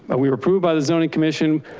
ah we were approved by the zoning commission.